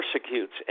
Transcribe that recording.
persecutes